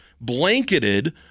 blanketed